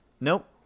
nope